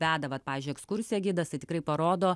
veda vat pavyzdžiui ekskursija gidas tai tikrai parodo